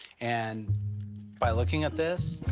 and by looking at this,